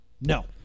No